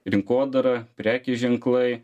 rinkodara prekės ženklai